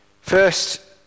First